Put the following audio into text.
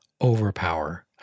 overpower